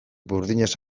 burdinez